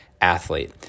Athlete